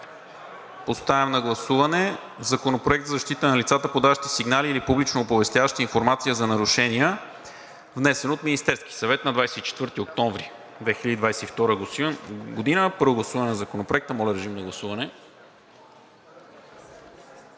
Поставям на гласуване Законопроект за защита на лицата, подаващи сигнали или публично оповестяващи информация за нарушения, внесен от Министерския съвет на 24 октомври 2022 г. – първо гласуване на Законопроекта. Гласували